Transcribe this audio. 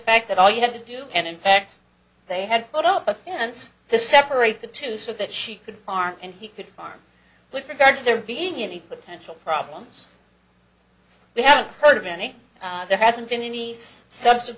fact that all you had to do and in fact they had put up a fence to separate the two so that she could farm and he could farm with regard to there being any potential problems we haven't heard of any there hasn't been any subs